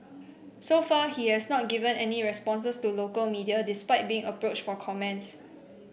so far he has not given any responses to local media despite being approached for comments